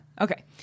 Okay